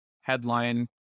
headline